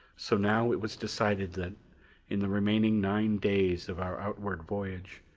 so now it was decided that in the remaining nine days of our outward voyage,